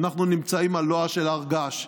אנחנו נמצאים על לוע של הר געש.